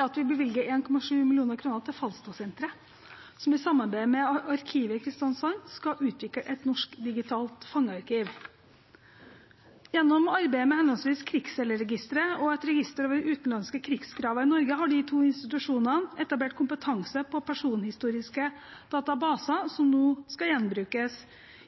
at vi bevilger 1,7 mill. kr til Falstadsenteret, som i samarbeid med Arkivet i Kristiansand skal utvikle et norsk digitalt fangearkiv. Gjennom arbeidet med henholdsvis Krigsseilerregisteret og et register over utenlandske krigsgraver i Norge har de to institusjonene etablert kompetanse på personhistoriske databaser som nå skal gjenbrukes